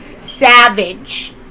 savage